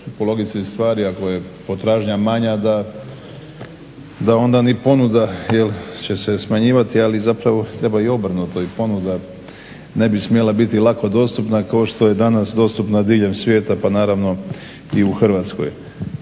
po logici stvari ako je potražnja manja da onda ni ponuda, jel će se smanjivati, ali zapravo treba i obrnuto i ponuda ne bi smjela biti lako dostupna, kao što je danas dostupna diljem svijeta, pa naravno i u Hrvatskoj.